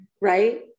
Right